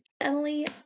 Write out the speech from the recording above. Emily